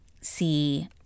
see